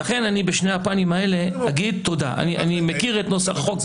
אני מכיר את נוסח החוק.